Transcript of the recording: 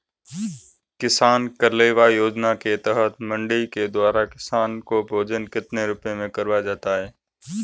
किसान कलेवा योजना के तहत मंडी के द्वारा किसान को भोजन कितने रुपए में करवाया जाता है?